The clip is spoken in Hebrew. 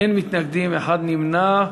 אין מתנגדים, אחד נמנע.